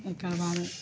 एकर बाद